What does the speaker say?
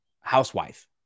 housewife